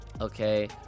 Okay